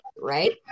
right